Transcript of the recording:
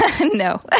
No